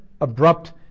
abrupt